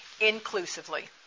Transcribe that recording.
inclusively